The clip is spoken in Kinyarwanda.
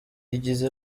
igeze